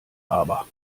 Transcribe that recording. aber